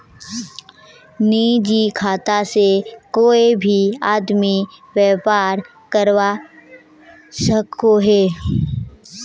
निजी खाता से कोए भी आदमी व्यापार करवा सकोहो